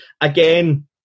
Again